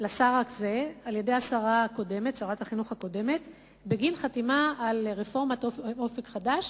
לשר הזה על-ידי שרת החינוך הקודמת בגין חתימה על רפורמת "אופק חדש".